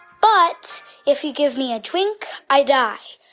but if you give me a drink, i die.